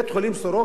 אין מיטות.